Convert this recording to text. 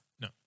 No